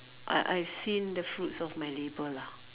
I I've seen the fruits of my labour lah